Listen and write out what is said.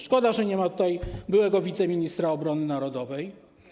Szkoda, że nie ma tutaj byłego wiceministra obrony narodowej.